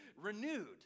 renewed